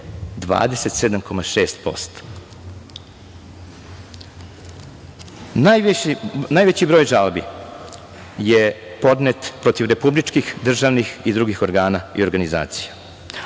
27,6%. Najveći broj žalbi je podnet protiv republičkih državnih i drugih organa i organizacija,